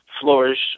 flourish